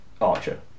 Archer